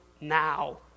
now